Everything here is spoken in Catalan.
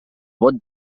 vot